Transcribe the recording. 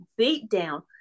beatdown